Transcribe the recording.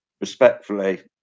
respectfully